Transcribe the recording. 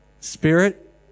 Spirit